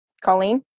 Colleen